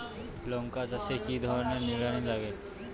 লঙ্কা চাষে কি ধরনের নিড়ানি লাগে?